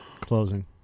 closing